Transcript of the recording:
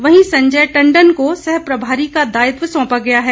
वहीं संजय टंडन को सहप्रभारी का दायित्व सौंपा गया है